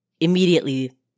immediately